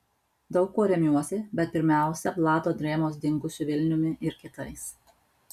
daug kuo remiuosi bet pirmiausia vlado drėmos dingusiu vilniumi ir kitais